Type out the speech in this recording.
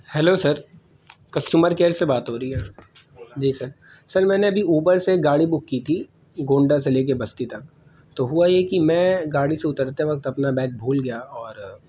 hello sir customer care سے بات ہو رہی ہے جی سر سر میں نے ابھی اوبر سے ایک گاڑی بک کی تھی گونڈہ سے لے کے بستی تک تو ہوا یہ کہ میں گاڑی سے اترتے وقت اپنا بیگ بھول گیا اور